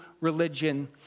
religion